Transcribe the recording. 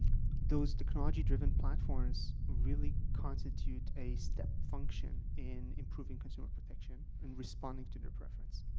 those technology-driven platforms really constitute a step function in improving consumer protection and responding to their preference.